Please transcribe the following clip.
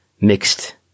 mixed